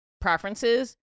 preferences